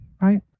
right